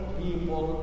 people